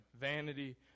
vanity